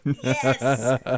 Yes